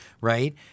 right